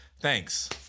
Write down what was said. thanks